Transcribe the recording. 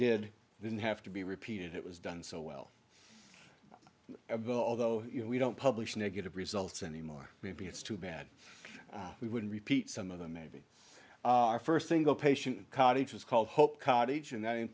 did didn't have to be repeated it was done so well although you know we don't publish negative results anymore maybe it's too bad we would repeat some of them maybe our first single patient cottage was called hope cottage and